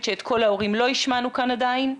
שאת קול ההורים לא השמענו כאן עדיין.